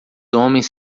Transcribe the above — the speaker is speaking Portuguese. homens